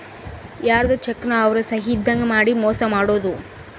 ಯಾರ್ಧೊ ಚೆಕ್ ನ ಅವ್ರ ಸಹಿ ಇದ್ದಂಗ್ ಮಾಡಿ ಮೋಸ ಮಾಡೋದು